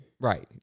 right